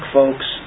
folks